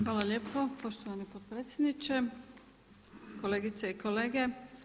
Hvala lijepo poštovani potpredsjedniče, kolegice i kolege.